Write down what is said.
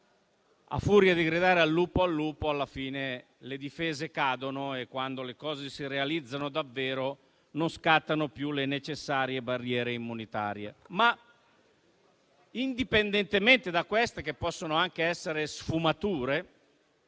a furia di gridare "al lupo al lupo", alla fine le difese cadono e, quando le cose si realizzano davvero, non scattano più le necessarie barriere immunitarie. Indipendentemente da queste che possono anche essere sfumature